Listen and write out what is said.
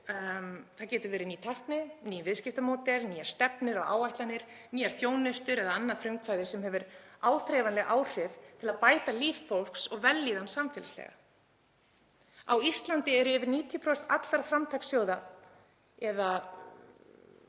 Það getur verið ný tækni, ný viðskiptamódel, nýjar stefnur og áætlanir, ný þjónusta eða annað frumkvæði sem hefur áþreifanleg áhrif til að bæta líf fólks og vellíðan samfélagslega. Á Íslandi eru yfir 90% allra framtakssjóða — eða